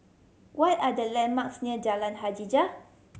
what are the landmarks near Jalan Hajijah